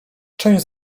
część